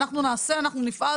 אנחנו נעשה אנחנו נפעל,